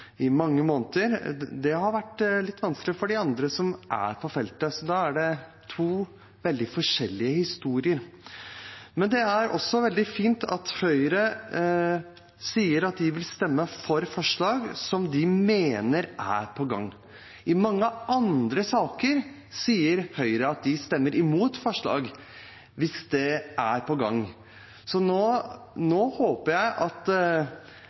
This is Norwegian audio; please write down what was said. mange måneder. Det har vært litt vanskelig å forstå for de andre på feltet, så da er det to veldig forskjellige historier. Det er fint at Høyre sier at de vil stemme for forslag som de mener er i gang. I mange andre saker sier Høyre at de stemmer imot forslag hvis de er i gang. Nå håper jeg at